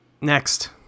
Next